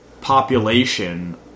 population